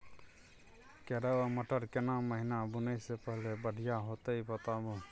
केराव आ मटर केना महिना बुनय से फसल बढ़िया होत ई बताबू?